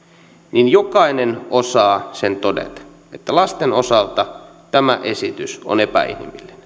niin jokainen osaa sen todeta että lasten osalta tämä esitys on epäinhimillinen